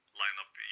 lineup